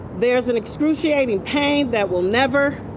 there's an excruciating pain that will never,